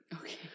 Okay